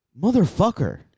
motherfucker